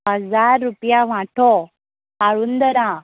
हजार रुपया वाटो काळूंदरां